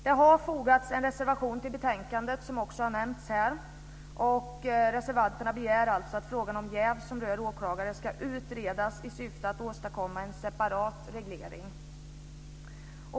Det har fogats en reservation till betänkandet, som också har nämnts här. Reservanterna begär att frågan om jäv som rör åklagare ska utredas i syfte att åstadkomma en separat reglering.